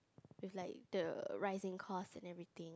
if like the rising cost and everything